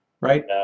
right